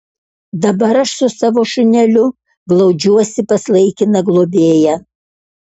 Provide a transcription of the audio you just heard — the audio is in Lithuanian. dabar aš su savo šuneliu glaudžiuosi pas laikiną globėją